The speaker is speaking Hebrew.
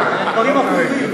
ומהאח הזה.